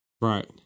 Right